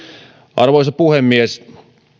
arvoisa puhemies